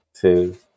two